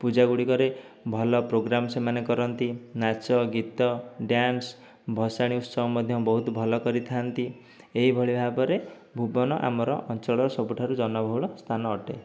ପୂଜାଗୁଡ଼ିକରେ ଭଲ ପ୍ରୋଗ୍ରାମ୍ ସେମାନେ କରନ୍ତି ନାଚ ଗୀତ ଡ୍ୟାନ୍ସ ଭସାଣି ଉତ୍ସବ ମଧ୍ୟ ବହୁତ ଭଲ କରିଥାନ୍ତି ଏହିଭଳି ଭାବରେ ଭୁବନ ଆମର ଅଞ୍ଚଳର ସବୁଠାରୁ ଜନବହୁଳ ସ୍ଥାନ ଅଟେ